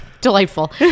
delightful